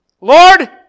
Lord